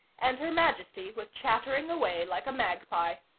and her majesty was chattering away like a magpie.